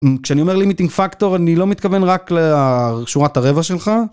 כשאני אומר limiting factor אני לא מתכוון רק לשורת הרבע שלך.